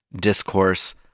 discourse